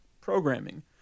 programming